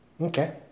Okay